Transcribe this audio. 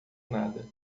nada